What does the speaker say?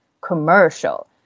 commercial